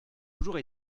toujours